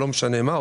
או לא משנה מה,